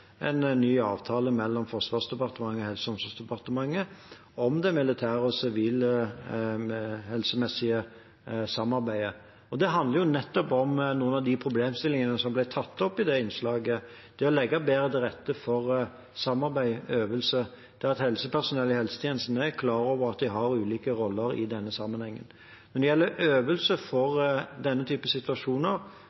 helsemessige samarbeidet. Det handler jo nettopp om noen av de problemstillingene som ble tatt opp i det innslaget – det å legge bedre til rette for samarbeid, øvelser der helsepersonell i helsetjenesten er klar over at de har ulike roller i denne sammenhengen. Når det gjelder øvelser for